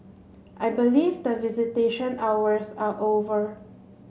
I believe that visitation hours are over